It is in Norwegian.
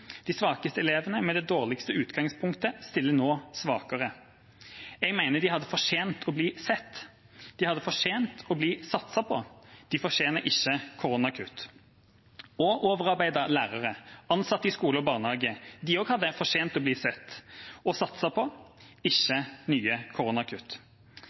De svakeste elevene med det dårligste utgangspunktet stiller nå svakere. Jeg mener de hadde fortjent å bli sett og fortjent å bli satset på. De fortjener ikke koronakutt. Overarbeidede lærere og ansatte i skole og barnehage hadde også fortjent å bli sett og å bli satset på, ikke